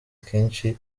kenshi